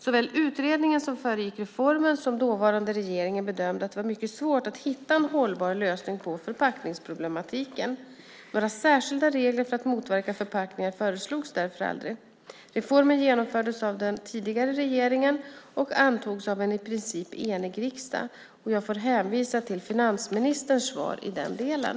Såväl utredningen som föregick reformen som dåvarande regeringen bedömde att det var mycket svårt att hitta en hållbar lösning på förpackningsproblematiken. Några särskilda regler för att motverka förpackningar föreslogs därför aldrig. Reformen genomfördes av den tidigare regeringen och antogs av en i princip enig riksdag. Jag får hänvisa till finansministerns svar i den delen.